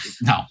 No